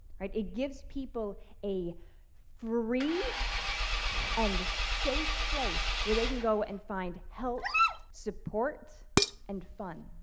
it gives people a free and safe place where they can go and find help support and fun.